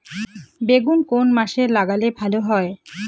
বেগুন কোন মাসে লাগালে ভালো হয়?